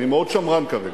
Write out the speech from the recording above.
אני מאוד שמרן כרגע,